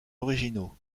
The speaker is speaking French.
originaux